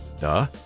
duh